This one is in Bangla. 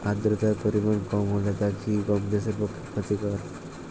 আর্দতার পরিমাণ কম হলে তা কি গম চাষের পক্ষে ক্ষতিকর?